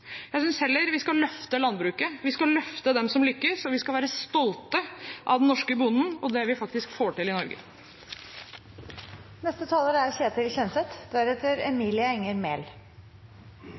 jeg er trist. Jeg synes vi heller skal løfte landbruket. Vi skal løfte dem som lykkes, og vi skal være stolte av den norske bonden og det vi faktisk får til i Norge. Energi- og miljøfraksjonene henger seg på i siste runde av debatten. Det er